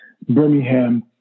Birmingham